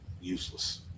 useless